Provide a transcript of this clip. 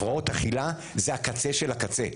הפרעות אכילה הן הקצה של הקצה.